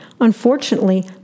Unfortunately